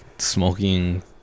Smoking